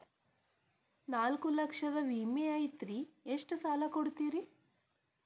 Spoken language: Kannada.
ನಾಲ್ಕು ಲಕ್ಷದ ವಿಮೆ ಐತ್ರಿ ಎಷ್ಟ ಸಾಲ ಕೊಡ್ತೇರಿ?